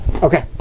Okay